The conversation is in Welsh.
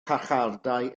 carchardai